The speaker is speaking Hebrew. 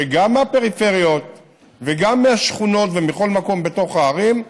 שגם מהפריפריות וגם מהשכונות ומכל מקום בתוך הערים,